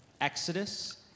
Exodus